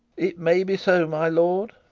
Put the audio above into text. it may be so, my lord.